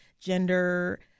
gender